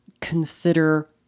consider